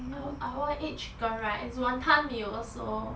I I want eat chicken rice wanton mee also